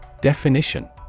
Definition